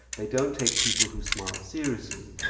they don't take people who smile seriously.